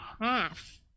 half